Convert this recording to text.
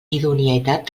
idoneïtat